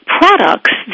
products